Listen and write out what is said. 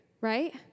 right